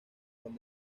con